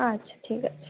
আচ্ছা ঠিক আছে